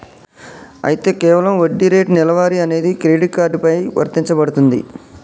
అయితే కేవలం వడ్డీ రేటు నెలవారీ అనేది క్రెడిట్ కార్డు పై వర్తించబడుతుంది